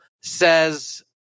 says